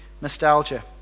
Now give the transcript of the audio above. nostalgia